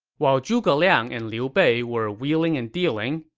while zhuge liang and liu bei were wheeling and dealing,